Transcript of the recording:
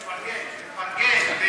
תפרגן, תפרגן.